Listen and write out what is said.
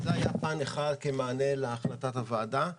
זה היה פן אחד כמענה להחלטת הוועדה.